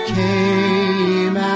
came